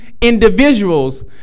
individuals